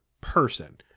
person